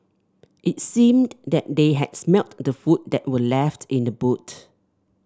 it seemed that they had smelt the food that were left in the boot